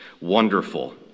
Wonderful